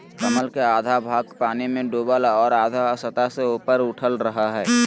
कमल के आधा भाग पानी में डूबल और आधा सतह से ऊपर उठल रहइ हइ